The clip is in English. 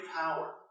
power